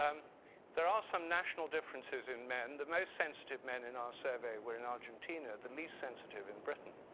um there are some national differences in men, the most sensitive men in our survey were in argentina, the least sensitive in britain.